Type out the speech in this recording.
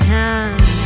time